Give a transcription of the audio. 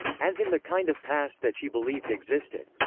as in the kind of past that she believed existed.